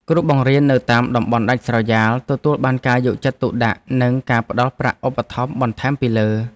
គ្រូបង្រៀននៅតាមតំបន់ដាច់ស្រយាលទទួលបានការយកចិត្តទុកដាក់និងការផ្តល់ប្រាក់ឧបត្ថម្ភបន្ថែមពីលើ។